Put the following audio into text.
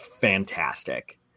fantastic